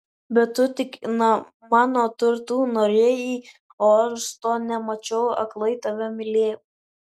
bet tu tik mano turtų norėjai o aš to nemačiau aklai tave mylėjau